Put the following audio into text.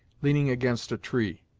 leaning against a tree,